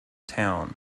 town